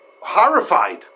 horrified